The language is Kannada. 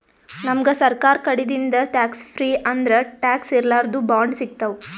ನಮ್ಗ್ ಸರ್ಕಾರ್ ಕಡಿದಿಂದ್ ಟ್ಯಾಕ್ಸ್ ಫ್ರೀ ಅಂದ್ರ ಟ್ಯಾಕ್ಸ್ ಇರ್ಲಾರ್ದು ಬಾಂಡ್ ಸಿಗ್ತಾವ್